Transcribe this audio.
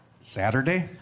Saturday